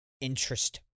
interest